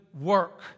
work